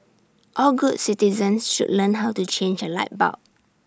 all good citizens should learn how to change A light bulb